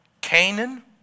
Canaan